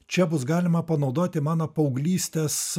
čia bus galima panaudoti mano paauglystės